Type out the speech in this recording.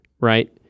right